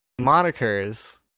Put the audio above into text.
monikers